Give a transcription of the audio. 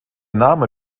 name